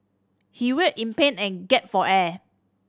he writhed in pain and gasped for air